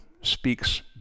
speaks